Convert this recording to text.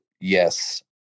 yes